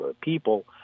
People